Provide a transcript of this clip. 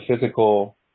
physical